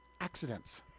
accidents